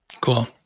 Cool